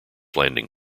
landing